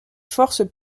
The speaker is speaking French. forces